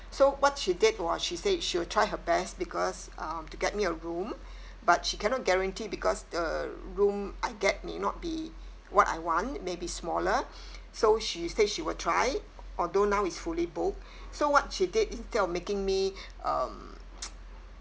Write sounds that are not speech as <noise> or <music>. so what she did was she said she will try her best because um to get me a room but she cannot guarantee because the room I get may not be what I want may be smaller so she say she will try although now it's fully booked so what she did instead of making me um <noise>